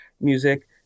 music